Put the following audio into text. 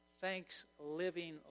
thanks-living